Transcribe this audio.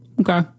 Okay